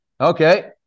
Okay